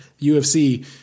UFC